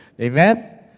Amen